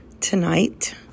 tonight